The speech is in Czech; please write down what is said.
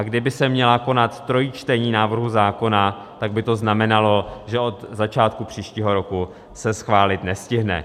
Kdyby se měla konat trojí čtení návrhu zákona, tak by to znamenalo, že od začátku příštího roku se schválit nestihne.